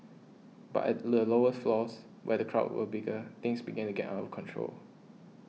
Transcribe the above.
but at the lower floors where the crowds were bigger things began to get out of control